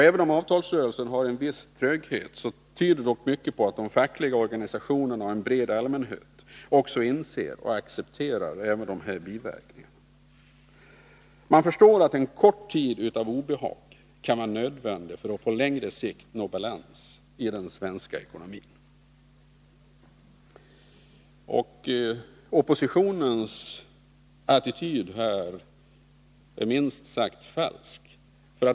Även om avtalsrörelsen har en viss tröghet, tyder dock mycket på att de fackliga organisationerna och en bred allmänhet också inser och accepterar dessa biverkningar. Man förstår att en kort tid av obehag kan vara nödvändig för att på längre sikt nå balans i den svenska ekonomin. Oppositionens attityd är minst sagt falsk.